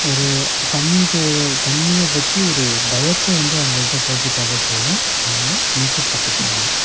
ஒரு தண்ணீர் தண்ணீரைப் பற்றி ஒரு பயத்தை வந்து அவங்கள்ட்ட போக்கிவிட்டாலே போதும் அவங்க நீச்சல் கற்றுக்குவாங்க